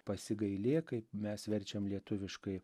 pasigailėk kaip mes verčiam lietuviškai